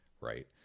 right